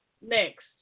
Next